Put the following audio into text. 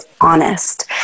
honest